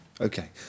Okay